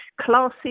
classes